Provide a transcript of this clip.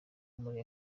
muri